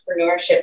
entrepreneurship